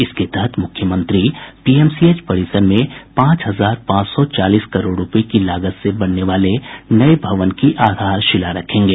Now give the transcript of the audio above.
इसके तहत मुख्यमंत्री पीएमसीएच परिसर में पांच हजार पांच सौ चालीस करोड़ रूपये की लागत से बनने वाले नये भवन की आधारशिला रखेंगे